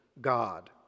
God